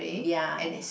ya